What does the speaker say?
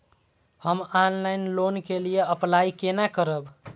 हम online loan के लिए अप्लाई केना करब?